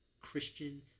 christian